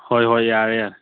ꯍꯣꯏ ꯍꯣꯏ ꯌꯥꯔꯦ ꯌꯥꯔꯦ